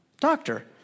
doctor